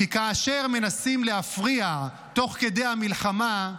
כי כאשר מנסים להפריע תוך כדי המלחמה,